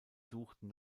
suchten